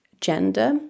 gender